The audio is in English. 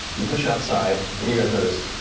you push outside, and you guys notice,